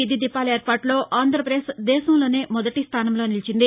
వీధి దీపాల ఏర్పాటులో ఆంధ్రప్రదేశ్ దేశంలోనే మొదటి స్టానంలో నిలిచింది